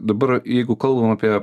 dabar jeigu kalbam apie